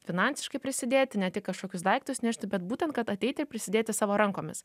finansiškai prisidėti ne tik kažkokius daiktus nešti bet būtent kad ateiti ir prisidėti savo rankomis